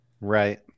Right